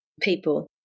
people